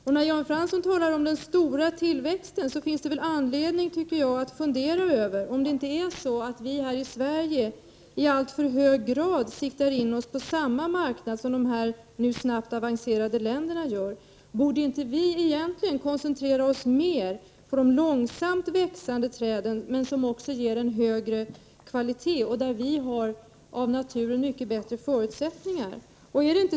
Jan Fransson talar om den stora tillväxten, och vi har anledning att fundera över om vi inte här i Sverige i alltför hög grad siktar in oss på samma marknad som de nu snabbt avancerande länderna befinner sig på. Borde inte vi egentligen koncentrera oss mer på långsamt växande trädslag som ger högre kvalitet, trädslag som vårt land har bättre naturliga förutsättningar för?